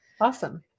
Awesome